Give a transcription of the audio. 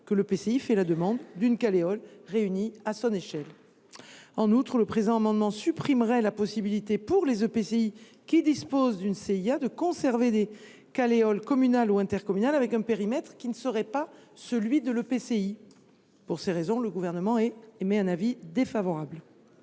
que l’EPCI demande la création d’une Caleol réunie à son échelle. En outre, l’adoption de cet amendement supprimerait la possibilité, pour les EPCI qui disposent d’une CIA, de conserver des Caleol communales ou intercommunales dont le périmètre différerait de celui de l’EPCI. Pour ces raisons, le Gouvernement a émis un avis défavorable